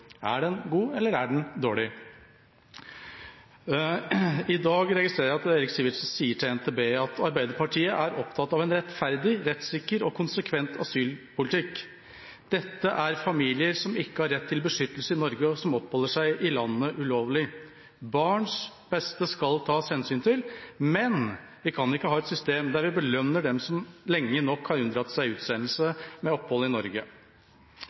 Er den god, eller er den dårlig? I dag registrerer jeg at Eirik Sivertsen sier til NTB: «Arbeiderpartiet er opptatt av en rettferdig, rettssikker og konsekvent asylpolitikk. Dette er familier som ikke har rett til beskyttelse i Norge og som oppholder seg i landet ulovlig. Barns beste skal tas hensyn til, men vi kan ikke ha et system der vi belønner dem som lenge nok har unndratt seg utsendelse, med opphold i Norge.»